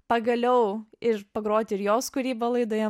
pagaliau ir pagroti ir jos kūryba laidoje